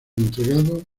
entregados